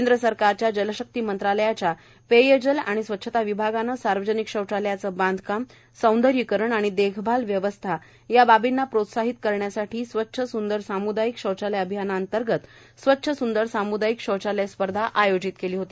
केंद्र सरकारच्या जलशक्ती मंत्रालयाच्या पेयजल आणि स्वच्छता विभागाने सार्वजनिक शौचालयाचे बांधकाम सौंदर्यीकरण आणि देखभाल व्यवस्था या बाबींना प्रोत्साहीत करण्यासाठी स्वच्छ सुंदर सामुदायीक शौचालय अभियानांतर्गत स्वच्छ सूंदर साम्दायीक शौचालय स्पर्धा आयोजित केली होती